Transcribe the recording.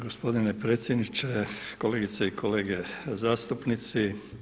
Gospodine predsjedniče, kolegice i kolege zastupnici.